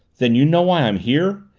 then you know why i'm here?